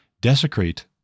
desecrate